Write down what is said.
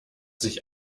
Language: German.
sich